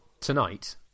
tonight